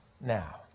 now